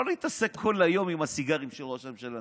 לא להתעסק כל היום עם הסיגרים של ראש הממשלה נתניהו,